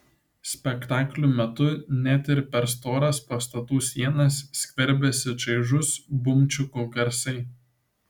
spektaklių metu net ir per storas pastatų sienas skverbiasi čaižūs bumčikų garsai